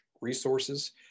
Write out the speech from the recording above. resources